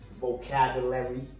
vocabulary